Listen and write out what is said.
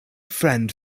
friend